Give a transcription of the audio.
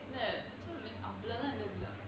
அவ்ளோலாம் ஏதுமில்லை:avlolaam edhumilla